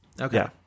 Okay